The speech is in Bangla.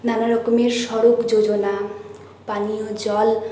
নানারকমের সড়ক যোজনা পানীয় জল